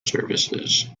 services